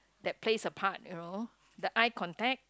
that plays a part you know the eye contact